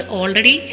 already